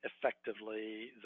effectively